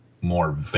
more